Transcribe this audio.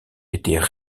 étaient